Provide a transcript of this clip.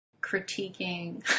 Critiquing